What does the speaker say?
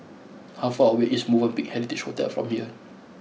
how far away is Movenpick Heritage Hotel from here